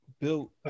Bill